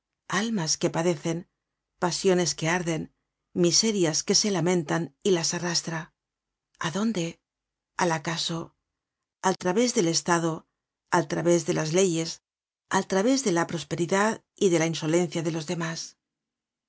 almas que padecen pasiones que arden miserias que se lamentan y las arrastra a dónde al acaso al través del estado al través de las leyes al través de la prosperidad y de la insolencia de los demás